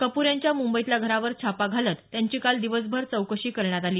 कपूर यांच्या मुंबईतल्या घरावर छापा घालत त्यांची काल दिवसभर चौकशी करण्यात आली